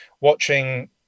watching